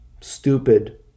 stupid